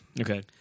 Okay